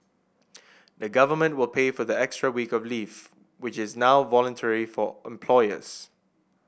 the government will pay for the extra week of leave which is now voluntary for employers